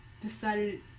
decided